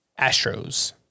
Astros